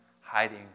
hiding